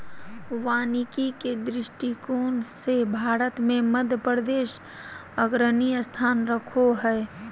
वानिकी के दृष्टिकोण से भारत मे मध्यप्रदेश अग्रणी स्थान रखो हय